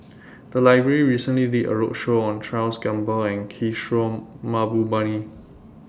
The Library recently did A roadshow on Charles Gamba and Kishore Mahbubani